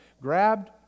grabbed